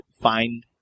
find